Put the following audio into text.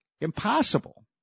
impossible